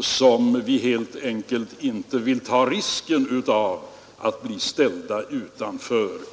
som vi i framtidsperspektivet helt enkelt inte vill riskera att bli ställda utanför.